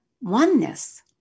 oneness